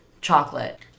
chocolate